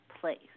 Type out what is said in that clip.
place